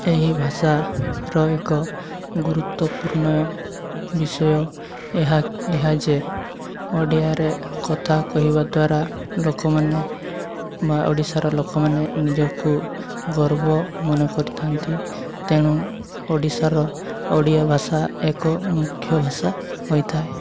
ଏହି ଭାଷାର ଏକ ଗୁରୁତ୍ୱପୂର୍ଣ୍ଣ ବିଷୟ ଏହା ଏହା ଯେ ଓଡ଼ିଆରେ କଥା କହିବା ଦ୍ୱାରା ଲୋକମାନେ ବା ଓଡ଼ିଶାର ଲୋକମାନେ ନିଜକୁ ଗର୍ବ ମନେ କରିଥାନ୍ତି ତେଣୁ ଓଡ଼ିଶାର ଓଡ଼ିଆ ଭାଷା ଏକ ମୁଖ୍ୟ ଭାଷା ହୋଇଥାଏ